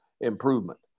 improvement